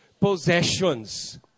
possessions